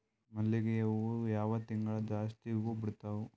ಮಲ್ಲಿಗಿ ಹೂವು ಯಾವ ತಿಂಗಳು ಜಾಸ್ತಿ ಹೂವು ಬಿಡ್ತಾವು?